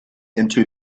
into